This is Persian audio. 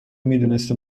میدونسته